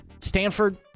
Stanford